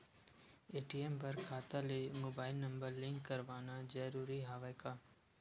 ATM बर खाता ले मुबाइल नम्बर लिंक करवाना ज़रूरी हवय का?